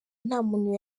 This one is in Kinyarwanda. ntamuntu